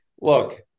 look